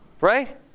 Right